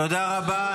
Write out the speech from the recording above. תודה רבה.